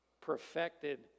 perfected